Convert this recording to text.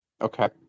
Okay